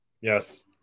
Yes